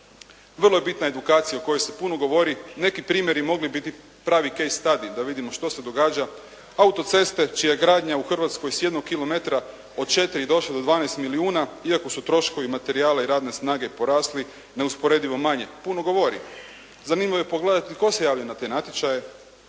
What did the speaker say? vrlo je bitna edukacija o kojoj se puno govori. Neki primjeri bi mogli biti pravi key stadij da vidimo što se događa. Auto-ceste čija gradnja u Hrvatskoj s jednog kilometra od 4 je došlo do 12 milijuna iako su troškovi materijala i radne snage porasli neusporedivo manje puno govori. Zanimljivo je pogledati tko se javlja na te natječaje.